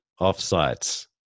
offsites